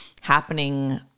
happening